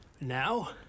Now